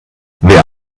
wer